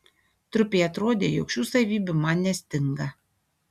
trupei atrodė jog šių savybių man nestinga